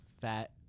fat